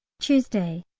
tuesday,